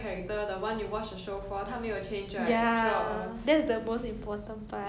is she like the main main character are there a few main characters 还是什么